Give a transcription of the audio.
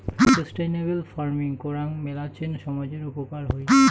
sustainable farming করাং মেলাছেন সামজের উপকার হই